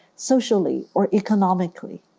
socially, or economically.